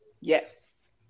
Yes